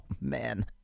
man